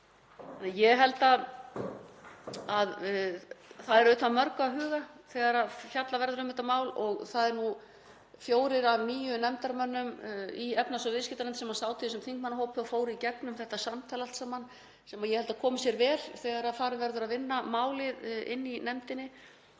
Það verður auðvitað að mörgu að huga þegar fjallað verður um þetta mál. Það eru nú fjórir af níu nefndarmönnum í efnahags- og viðskiptanefnd sem sátu í þessum þingmannahópi og fóru í gegnum þetta samtal allt saman sem ég held að komi sér vel þegar farið verður að vinna málið inni í nefndinni.